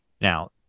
Now